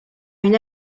une